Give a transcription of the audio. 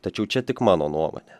tačiau čia tik mano nuomonė